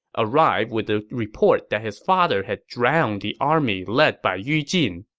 arrived with the report that his father had drowned the army led by yu jin.